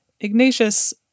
Ignatius